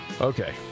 Okay